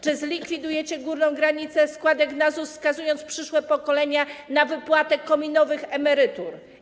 Czy zlikwidujecie górną granicę składek na ZUS, skazując przyszłe pokolenia na wypłatę kominowych emerytur?